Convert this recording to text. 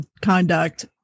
conduct